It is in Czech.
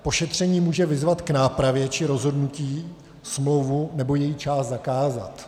Po šetření může vyzvat k nápravě či rozhodnutí smlouvu nebo její část zakázat.